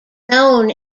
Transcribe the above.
known